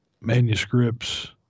manuscripts